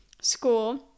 school